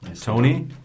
Tony